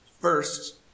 First